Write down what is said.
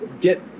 get